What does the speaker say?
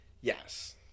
Yes